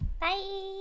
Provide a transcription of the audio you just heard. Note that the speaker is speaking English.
Bye